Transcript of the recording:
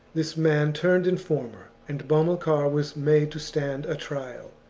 this man turned informer, and bomilcar was made to stand a trial,